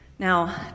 Now